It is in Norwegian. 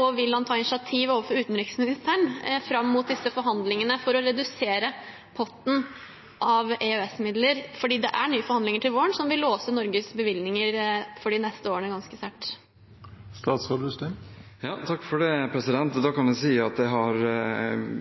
og vil han ta initiativ overfor utenriksministeren fram mot disse forhandlingene for å redusere potten av EØS-midler? For det er nye forhandlinger til våren som vil låse Norges bevilgninger for de neste årene ganske sterkt. Da kan jeg si at jeg virkelig har sans for de vurderingene og prioriteringene som utenriksministeren gjør, og vi har